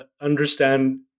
understand